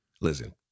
Listen